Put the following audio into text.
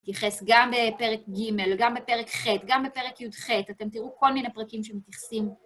מתייחס גם בפרק ג', גם בפרק ח', גם בפרק יח', אתם תראו כל מיני פרקים שמתייחסים.